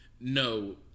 no